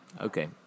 Okay